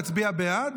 להצביע בעד,